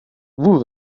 vous